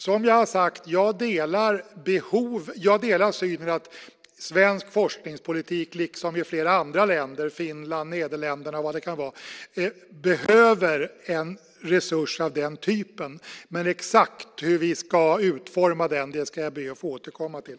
Som jag har sagt delar jag synen att svensk forskningspolitik liksom politiken i flera andra länder - Finland, Nederländerna, eller vad det kan vara - behöver en resurs av den typen. Men exakt hur vi ska utforma den ska jag be att få återkomma till.